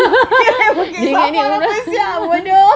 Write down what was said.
siao bodoh